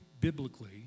biblically